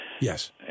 Yes